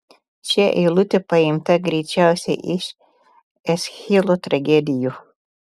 ši eilutė paimta greičiausiai iš eschilo tragedijų